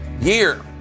year